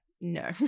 no